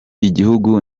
igihugu